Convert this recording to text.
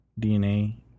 DNA